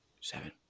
Seven